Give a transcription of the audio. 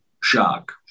shock